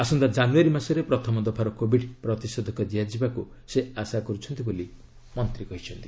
ଆସନ୍ତା ଜାନୁଆରୀ ମାସରେ ପ୍ରଥମ ଦଫାର କୋବିଡ ପ୍ରତିଷେଧକ ଦିଆଯିବାକୁ ସେ ଆଶା କରୁଛନ୍ତି ବୋଲି ମନ୍ତ୍ରୀ କହିଚ୍ଛନ୍ତି